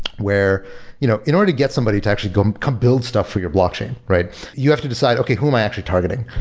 where you know in order to get somebody to actually come come build stuff for your blockchain, you have to decide, okay. who am i actually targeting?